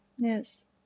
Yes